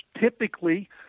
typically